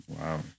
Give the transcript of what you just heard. Wow